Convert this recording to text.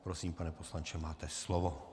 Prosím, pane poslanče, máte slovo.